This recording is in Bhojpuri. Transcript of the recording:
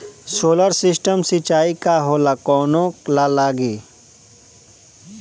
सोलर सिस्टम सिचाई का होला कवने ला लागी?